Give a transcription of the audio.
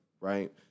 right